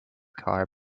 car